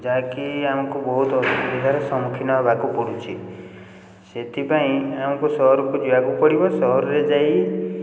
ଯାହାକି ଆମକୁ ବହୁତ ଅସୁବିଧାର ସମ୍ମୁଖୀନ ହେବାକୁ ପଡ଼ୁଛି ସେଥିପାଇଁ ଆମକୁ ସହରକୁ ଯିବାକୁ ପଡ଼ିବ ସହରରେ ଯାଇ